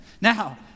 Now